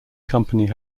company